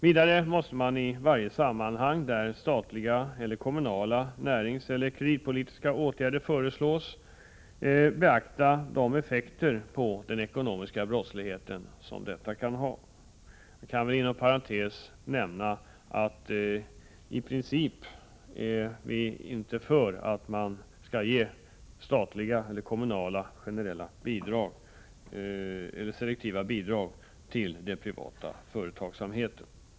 Vidare måste man i varje sammanhang där statliga eller kommunala näringseller kreditpolitiska åtgärder föreslås beakta dessas effekter på den ekonomiska brottsligheten. Jag kan inom parentes nämna att vi i princip inte är positivt inställda till selektiva statliga eller kommunala bidrag till den privata företagsamheten.